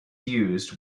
used